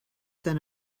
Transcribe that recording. than